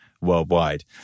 Worldwide